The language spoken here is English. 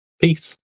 Peace